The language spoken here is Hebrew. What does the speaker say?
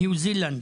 ניו זילנד,